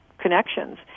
connections